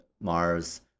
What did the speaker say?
Mars